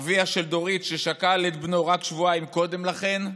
אביה של דורית, ששכל את בנו רק שבועיים קודם לכן,